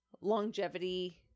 longevity